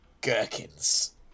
Gherkins